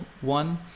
one